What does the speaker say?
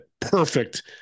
perfect